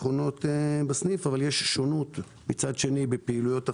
אבל מצד שני יש שונות בפעילויות אחרות,